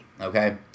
Okay